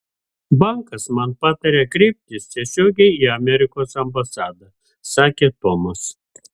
bankas man patarė kreiptis tiesiogiai į amerikos ambasadą sakė tomas